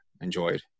enjoyed